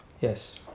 yes